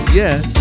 yes